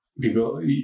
people